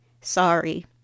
sorry